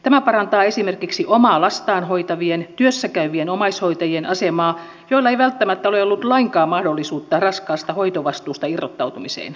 tämä parantaa esimerkiksi omaa lastaan hoitavien työssä käyvien omaishoitajien asemaa joilla ei välttämättä ole ollut lainkaan mahdollisuutta raskaasta hoitovastuusta irrottautumiseen